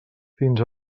fins